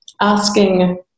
asking